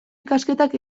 ikasketak